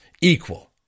equal